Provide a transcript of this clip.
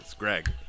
Greg